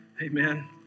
Amen